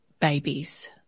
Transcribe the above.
babies